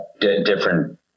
different